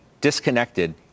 disconnected